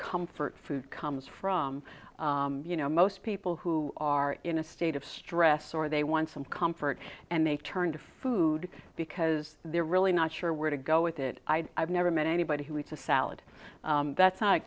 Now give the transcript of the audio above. comfort food comes from you know most people who are in a state of stress or they want some comfort and they turn to food because they're really not sure where to go with it i'd i've never met anybody who needs a salad that's